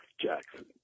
Jackson